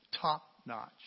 top-notch